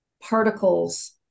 particles